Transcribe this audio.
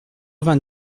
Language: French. vingt